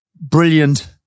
brilliant